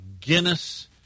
Guinness